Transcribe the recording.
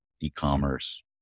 e-commerce